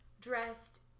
dressed